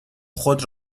خود